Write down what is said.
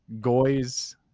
goys